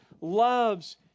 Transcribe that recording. loves